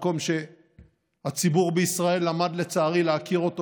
מקום שהציבור בישראל למד לצערי להכיר אותו